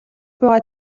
буйгаа